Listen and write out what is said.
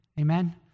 Amen